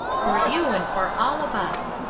for you and for all of us.